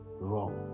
wrong